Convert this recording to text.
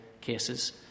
cases